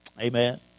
amen